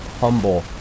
humble